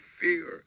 fear